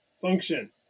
function